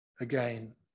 again